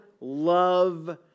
love